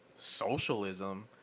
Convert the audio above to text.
socialism